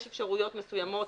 יש אפשרויות מסוימות